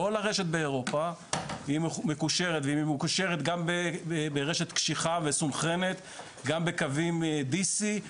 והיא מקושרת גם ברשת קשיחה מסונכרנת גם בקווי DC,